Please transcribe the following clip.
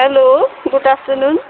hello good afternoon